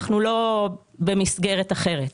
אנחנו לא במסגרת אחרת.